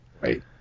Right